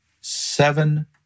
seven